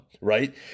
right